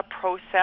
process